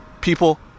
people